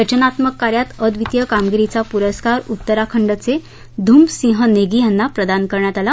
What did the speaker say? रचनात्मक कार्यात अव्दितीय कामगिरीचा प्रस्कार उत्तराखंडचे धूम सिंह नेगी यांनी प्रदान करण्यात आला